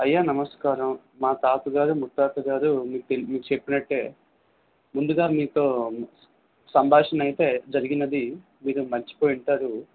అయ్యా నమస్కారం మా తాతగారు ముత్తాతగారు మీకు చెప్పినట్టే ముందుగా మీతో సంభాషణ అయితే జరిగినది మీరు మర్చిపోయి ఉంటారు